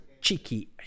cheeky